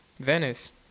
Venice